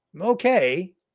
Okay